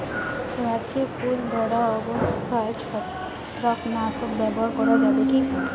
গাছে ফল ধরা অবস্থায় ছত্রাকনাশক ব্যবহার করা যাবে কী?